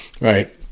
right